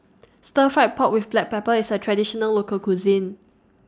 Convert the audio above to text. Stir Fried Pork with Black Pepper IS A Traditional Local Cuisine